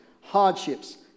hardships